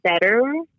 better